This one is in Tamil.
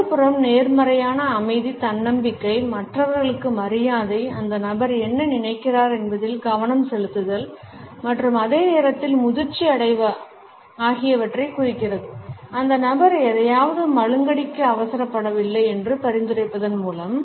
மறுபுறம் நேர்மறையான அமைதி தன்னம்பிக்கை மற்றவர்களுக்கு மரியாதை அந்த நபர் என்ன நினைக்கிறார் என்பதில் கவனம் செலுத்துதல் மற்றும் அதே நேரத்தில் முதிர்ச்சி ஆகியவற்றைக் குறிக்கிறது அந்த நபர் எதையாவது மழுங்கடிக்க அவசரப்படவில்லை என்று பரிந்துரைப்பதன் மூலம்